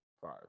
five